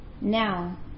Now